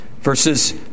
Verses